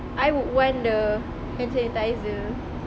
I would want the hand sanitizer